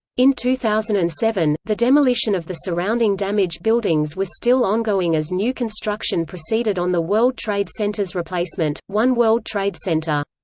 in two thousand and seven, the demolition of the surrounding damaged buildings was still ongoing as new construction proceeded on the world trade center's replacement, one world trade center.